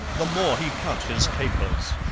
the more he cut his capers.